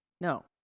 no